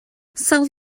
sawl